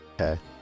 Okay